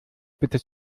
bitte